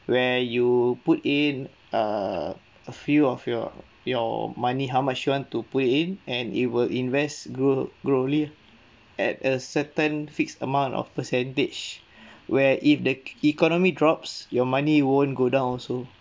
where you put in err a few of your your money how much you want to put in and it will invest grow grow in at at a certain fixed amount of percentage where if the economy drops your money won't go down also